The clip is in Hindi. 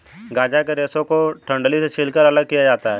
गांजा के रेशे को डंठलों से छीलकर अलग किया जाता है